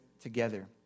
together